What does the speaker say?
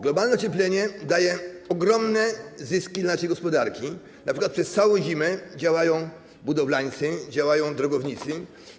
Globalne ocieplenie przynosi ogromne zyski dla naszej gospodarki, np. przez całą zimę działają budowlańcy, działają drogownicy.